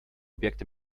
objekt